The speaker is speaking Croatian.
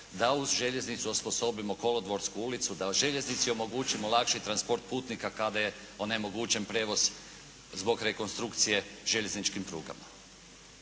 da uz željeznicu osposobimo kolodvorsku ulicu, da željeznici omogućimo lakši transport putnika kada je onemogućen prijevoz zbog rekonstrukcije željezničkim prugama.